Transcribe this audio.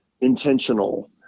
intentional